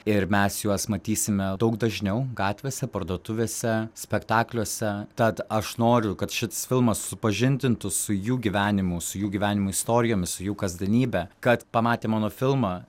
ir mes juos matysime daug dažniau gatvėse parduotuvėse spektakliuose tad aš noriu kad šits filmas supažindintų su jų gyvenimu su jų gyvenimų istorijomis su jų kasdienybe kad pamatę mano filmą